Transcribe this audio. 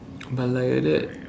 but like that